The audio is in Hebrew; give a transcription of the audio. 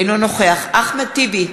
אינו נוכח אחמד טיבי,